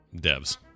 Devs